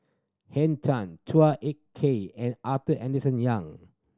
Henn Tan Chua Ek Kay and Arthur Henderson Young